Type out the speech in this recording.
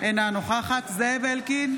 אינה נוכחת זאב אלקין,